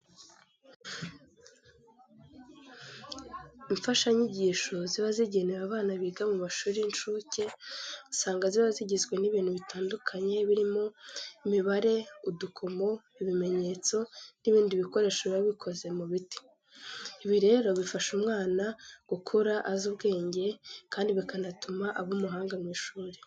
Imfashanyigisho ziba zigenewe abana biga mu mashuri y'incuke usanga ziba zigizwe n'ibintu bitandukanye birimo imibare, udukomo, ibimenyetso n'ibindi bikoresho biba bikoze mu biti. Ibi rero bifasha umwana gukura azi ubwenge kandi bikanatuma aba umuhanga mu ishuri.